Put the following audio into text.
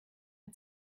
hat